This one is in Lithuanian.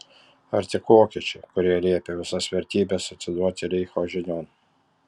ar tik vokiečiai kurie liepė visas vertybes atiduoti reicho žinion